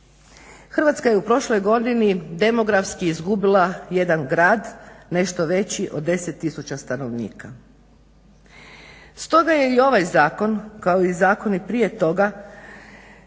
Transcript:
Hrvatska je u prošloj godini demografski izgubila jedan grad nešto veći od 10 tisuća stanovnika. Stoga je i ovaj zakon kao i zakoni prije toga